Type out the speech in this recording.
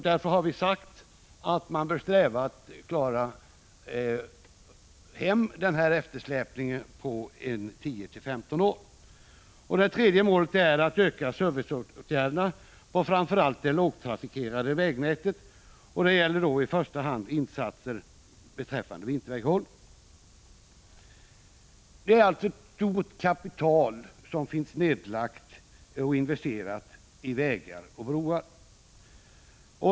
Därför har vi sagt att man bör sträva efter att klara hem den här eftersläpningen på tio femton år. Det tredje målet är att öka serviceåtgärderna på framför allt det lågtrafikerade vägnätet. Det gäller då i första hand insatser beträffande vinterväghållningen. Det är ett stort kapital som finns investerat i vägar och broar.